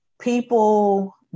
people